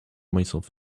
myself